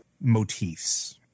motifs